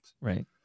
Right